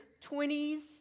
20s